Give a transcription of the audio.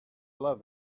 love